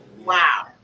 wow